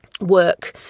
work